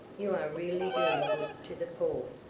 you are really doing good to the poor.